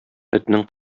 этнең